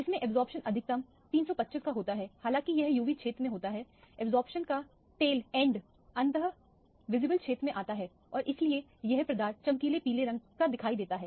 इसमें अब्जॉर्प्शन अधिकतम 325 का होता है हालांकि यह UV क्षेत्र में होता है अब्जॉर्प्शन का टेल एंड अंत विजिबल क्षेत्र में आता है और इसीलिए यह पदार्थ चमकीले पीले रंग का दिखाई देता है